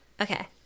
Okay